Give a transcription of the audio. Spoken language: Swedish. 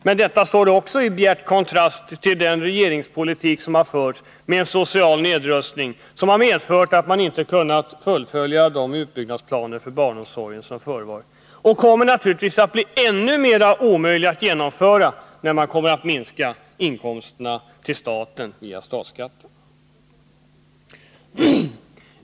Men det står också i bjärt kontrast till den regeringspolitik som förts och som inneburit en social nedrustning som bl.a. medfört att man inte kunnat fullfölja de utbyggnadsplaner för barnomsorgen som funnits. Det kommer naturligtvis att bli ännu omöjligare att genomföra när man minskar inkomsterna till staten via statsskatten.